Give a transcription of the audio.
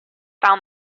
found